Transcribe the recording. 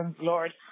Lord